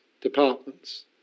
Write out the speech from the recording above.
departments